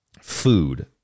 food